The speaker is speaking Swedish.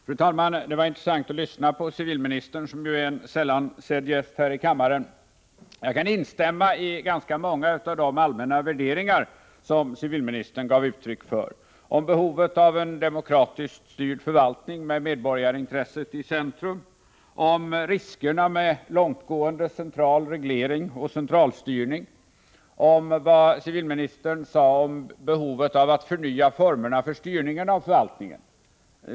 Fru talman! Det var intressant att lyssna till civilministern, som ju är en sällan sedd gäst här i kammaren. Jag kan instämma i ganska många av de allmänna värderingar som civilministern gav uttryck för: om behovet av en demokratiskt styrd förvaltning med medborgarintresset i centrum, om riskerna med långtgående central reglering och centralstyrning, om behovet av att förnya formerna för styrningen av förvaltningen.